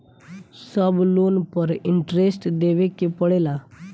सब लोन पर इन्टरेस्ट देवे के पड़ेला?